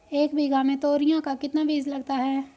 एक बीघा में तोरियां का कितना बीज लगता है?